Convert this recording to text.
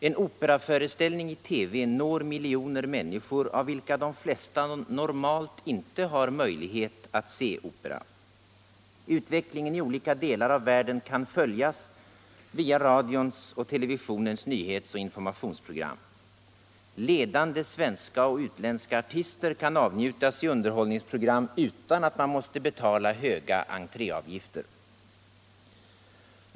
En operaföreställning i TV når miljoner människor, av vilka de flesta normalt inte har möjlighet att se opera. Utvecklingen i olika delar av världen kan följas via radions och televisionens nyhetsoch informationsprogram. Ledande svenska och utländska artister kan avnjutas i underhållningsprogram utan att man måste betala höga entréavgifter.